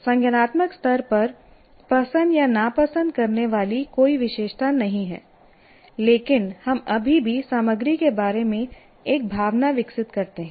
संज्ञानात्मक स्तर पर पसंद या नापसंद करने वाली कोई विशेषता नहीं है लेकिन हम अभी भी सामग्री के बारे में एक भावना विकसित करते हैं